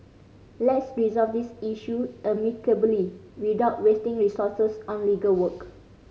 let's resolve this issue amicably without wasting resources on legal work